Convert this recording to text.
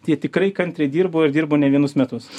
jie tikrai kantriai dirbo ir dirbo ne vienus metus